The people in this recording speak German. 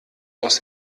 aus